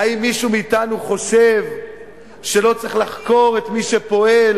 האם מישהו מאתנו חושב שלא צריך לחקור את מי שפועל